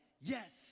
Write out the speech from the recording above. yes